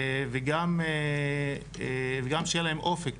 וגם שיהיה להם אופק.